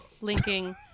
linking